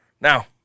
Now